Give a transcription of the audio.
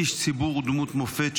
איש ציבור ודמות מופת,